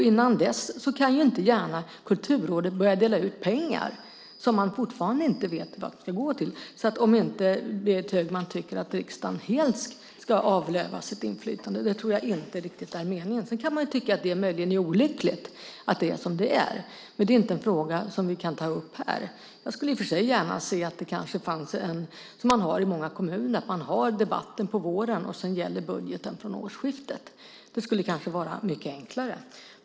Innan dess kan inte gärna Kulturrådet börja dela ut pengar som man fortfarande inte vet vad de ska gå till om inte Berit Högman tycker att riksdagen helt ska avlövas sitt inflytande. Det tror jag inte riktigt är meningen. Man kan möjligen tycka att det är olyckligt att det är som det är. Men det är inte en fråga som vi kan ta upp här. Jag skulle gärna se att det kanske skulle vara som man har i många kommuner. Man har debatten på våren, och sedan gäller budgeten från årsskiftet. Det skulle kanske vara mycket enklare.